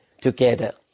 together